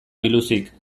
biluzik